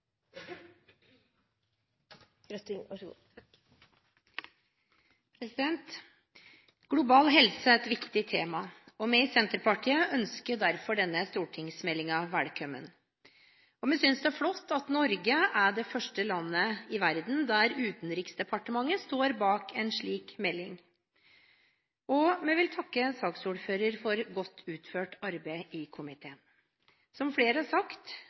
vi i Senterpartiet ønsker derfor denne stortingsmeldingen velkommen. Vi synes det er flott at Norge er det første landet i verden der Utenriksdepartementet står bak en slik melding, og vi vil takke saksordføreren for godt utført arbeid i komiteen. Som flere har sagt,